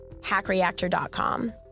HackReactor.com